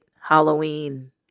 Halloween